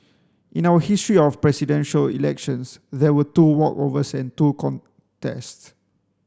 in our history of Presidential Elections there were two walkovers and two contests